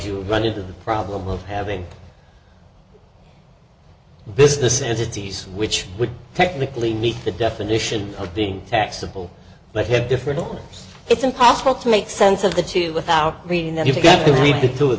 you run into the problem of having business entities which would technically meet the definition of being taxable but him different it's impossible to make sense of the two without reading that you've got to read the two of